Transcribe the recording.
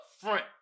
front